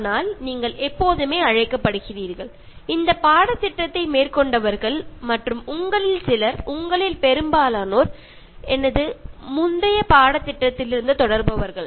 ஆனால் நீங்கள் எப்போதுமே அழைக்கப்படுகிறீர்கள் இந்த பாடத்திட்டத்தை மேற்கொண்டவர்கள் மற்றும் உங்களில் சிலர் உங்களில் பெரும்பாலோர் எனது முந்தைய பாடத்திட்டத்திலிருந்து தொடர்பவர்கள்